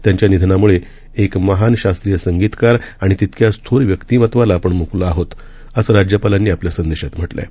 त्यांच्यानिधनामुळेएकमहानशास्त्रीयसंगीतकारआणितितक्याचथोरव्यक्तिमत्वालाआपणमुकलोआहोत असंराज्यपालांनीआपल्यासंदेशातम्हटलंआहे